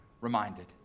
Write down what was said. reminded